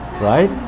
Right